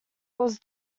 was